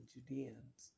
Judeans